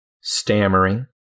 stammering